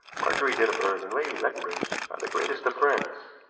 margery dinneford and lady leconbridge are the greatest of friends.